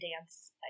dance